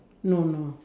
no no